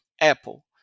Apple